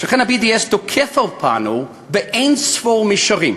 שכן ה-BDS תוקף אותנו באין-ספור מישורים.